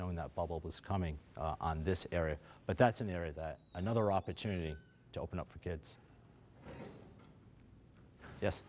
knowing that bubble was coming on this area but that's an area that another opportunity to open up for kids yes